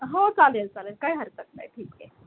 हो चालेल चालेल काही हरकत नाही ठीक आहे